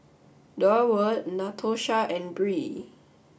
Durward Natosha and Bree